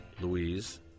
Louise